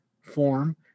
form